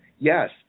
Yes